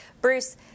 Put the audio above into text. bruce